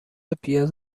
پیاز